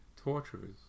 torturers